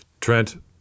Trent